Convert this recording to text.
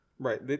Right